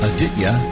Aditya